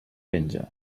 penja